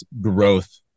growth